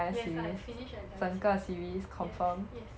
yes I finished the entire series yes yes